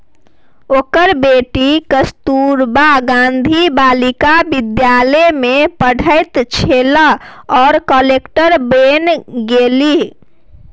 ओकर बेटी कस्तूरबा गांधी बालिका विद्यालय मे पढ़ैत छलीह आ कलेक्टर बनि गेलीह